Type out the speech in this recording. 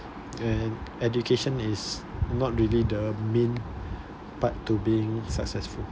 and education is not really the main part to being successful